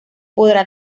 podrá